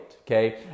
okay